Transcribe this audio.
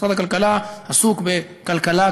משרד הכלכלה עסוק בכלכלה,